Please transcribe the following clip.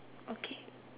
okay